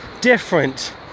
different